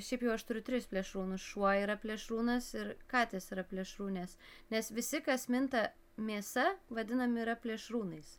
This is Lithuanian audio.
šiaip jau aš turiu tris plėšrūnus šuo yra plėšrūnas ir katės yra plėšrūnės nes visi kas minta mėsa vadinami yra plėšrūnais